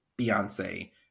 Beyonce